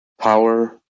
Power